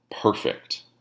perfect